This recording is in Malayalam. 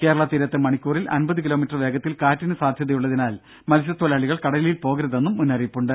കേരള തീരത്ത് മണിക്കൂറിൽ അമ്പത് കിലോമീറ്റർ വേഗത്തിൽ കാറ്റിന് സാധ്യതയുള്ളതിനാൽ മത്സ്യതൊഴിലാളികൾ കടലിൽ പോകരുതെ ന്ന് മുന്നറിയിപ്പുണ്ട്